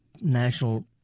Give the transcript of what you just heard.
national